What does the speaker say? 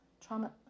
trauma